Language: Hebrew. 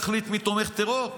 מי יחליט מי תומך טרור?